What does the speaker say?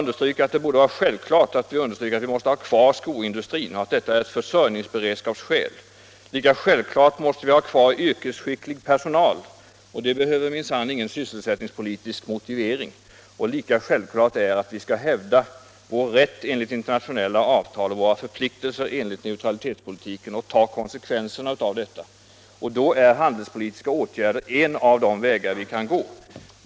Det borde vara självklart för oss att understryka att vi av försörjningsberedskapsskäl måste behålla vår skoindustri. Lika självklart är det att vi måste ha kvar yrkesskicklig arbetskraft inom denna tillverkningsgren. För det kravet behövs minsann ingen sysselsättningspolitisk motivering. Det är även självklart att vi skall hävda vår rätt enligt internationella avtal och våra förpliktelser när det gäller att fullfölja neutralitetspolitiken liksom att vi skall ta konsekvenserna av detta. Handelspolitiska åtgärder är därvid en av de vägar vi kan gå.